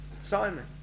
Simon